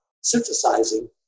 synthesizing